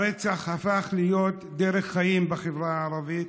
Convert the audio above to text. הרצח הפך להיות דרך חיים בחברה הערבית.